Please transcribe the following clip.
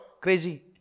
crazy